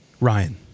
Ryan